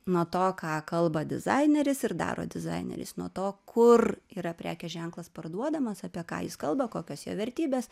nuo to ką kalba dizaineris ir daro dizaineris nuo to kur yra prekės ženklas parduodamas apie ką jis kalba kokios jo vertybės